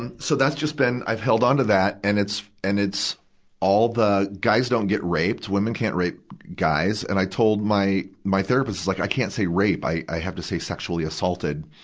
and so that's just been i held onto that. and it's, and it's all the guys don't get raped, women can't rape guys. and i told my, my therapist like, i can't say rape. i i have to say sexually assaulted,